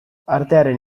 artearen